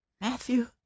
Matthew